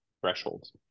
thresholds